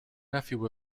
nephew